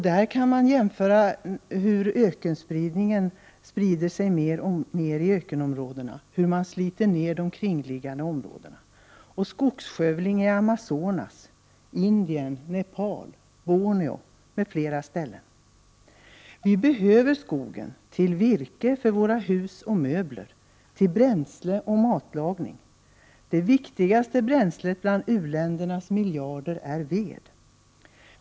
Man kan jämföra med hur ökenutbredningen sprider sig mer och mer och där de omkringliggande områdena slits. Man kan jämföra med skogsskövlingen i Amazonas, Indien, Nepal och på Borneo m.m. Vi behöver skogen till virke för våra hus och möbler, till bränsle och matlagning. Det viktigaste bränslet för u-ländernas miljarder människor är ved.